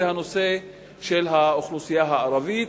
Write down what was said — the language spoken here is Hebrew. זה הנושא של האוכלוסייה הערבית,